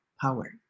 power